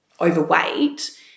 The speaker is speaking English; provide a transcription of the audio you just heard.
overweight